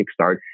Kickstart